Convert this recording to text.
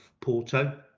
Porto